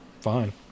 fine